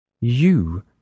You